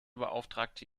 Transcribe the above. beauftragte